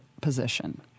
position